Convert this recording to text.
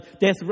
Death